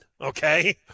okay